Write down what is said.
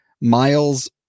miles